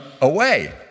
away